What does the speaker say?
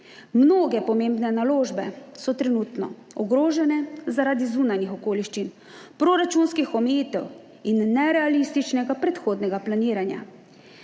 Mnoge pomembne naložbe so trenutno ogrožene zaradi zunanjih okoliščin, proračunskih omejitev in nerealističnega predhodnega planiranja.